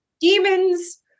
Demons